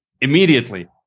immediately